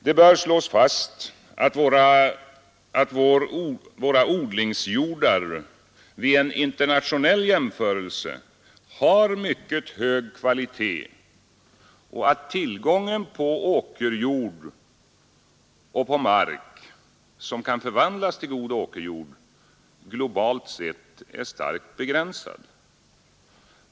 Det bör slås fast att våra odlingsjordar vid en internationell jämförelse har mycket hög kvalitet och att tillgången på god åkerjord och på mark, som kan förvandlas till god åkerjord, globalt sett är starkt begränsad.